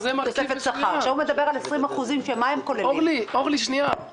אני חושב שהמצוקה של הדיור לציבור החרדי גדולה